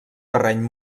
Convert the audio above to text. terreny